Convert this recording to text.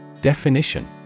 Definition